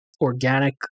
organic